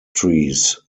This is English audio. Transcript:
trees